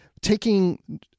Taking